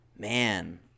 Man